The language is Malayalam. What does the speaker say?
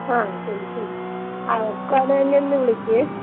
ആ ശരി ശരി ആ ഒക്കുകയാണെങ്കിൽ ആണേ എന്ന് ഒന്ന് വിളിക്ക്